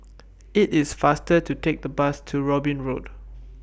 IT IS faster to Take The Bus to Robin Road